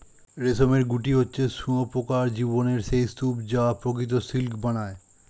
রেশমের গুটি হচ্ছে শুঁয়োপোকার জীবনের সেই স্তুপ যা প্রকৃত সিল্ক বানায়